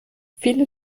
viele